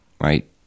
Right